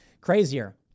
crazier